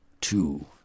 two